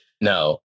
No